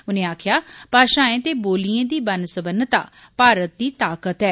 उनें आक्खेआ भाषाएं ते बोलिएं दी बन्न सबन्नता भारत दी ताकत ऐ